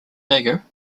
dagger